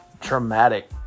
traumatic